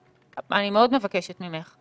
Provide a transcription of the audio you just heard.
מאוד מבקשת ממך.